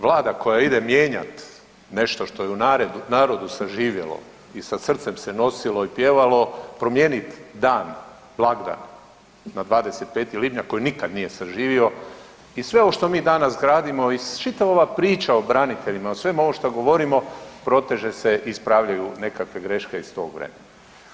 Vlada koja ide mijenjati nešto što je u narodu saživjelo i sa srcem se nosilo i pjevalo, promijenit dan, blagdan na 25. lipnja koji nikad nije saživio i sve ovo što mi danas gradimo i čitava ova priča o braniteljima i o svemu ovom što govorimo proteže se i ispravljaju nekakve greške iz tog vremena.